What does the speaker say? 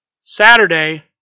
Saturday